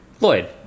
lloyd